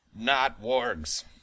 not-wargs